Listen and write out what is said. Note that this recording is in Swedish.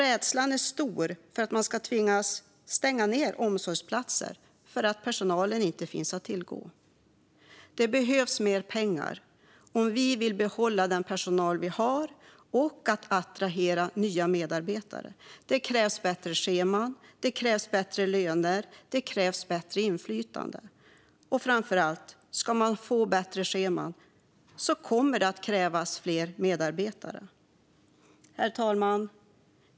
Rädslan är stor för att man ska tvingas stänga omsorgsplatser för att personal inte finns att tillgå. Det behövs mer pengar om vi vill behålla den personal vi har och attrahera nya medarbetare. Det krävs bättre scheman, bättre löner och större inflytande. Och framför allt - ska man få till stånd bättre scheman kommer det att krävas fler medarbetare. Herr talman!